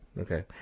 Okay